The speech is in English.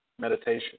meditation